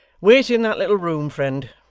wait in that little room, friend,